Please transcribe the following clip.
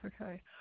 Okay